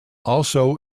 also